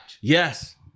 Yes